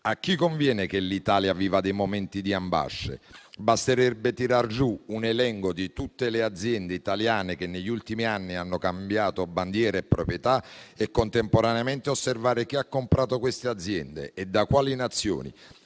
A chi conviene che l'Italia viva dei momenti di ambasce? Basterebbe tirar giù un elenco di tutte le aziende italiane che negli ultimi anni hanno cambiato bandiera e proprietà e contemporaneamente osservare chi ha comprato quelle aziende e da quali nazioni.